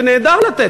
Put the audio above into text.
ונהדר לתת,